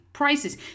prices